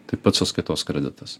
taip pat sąskaitos kreditas